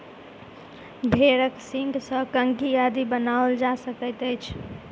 भेंड़क सींगसँ कंघी आदि बनाओल जा सकैत अछि